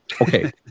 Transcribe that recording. Okay